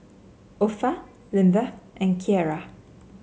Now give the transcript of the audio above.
Opha Lindbergh and Kiera